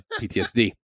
PTSD